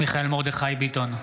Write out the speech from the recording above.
מיכאל מרדכי ביטון,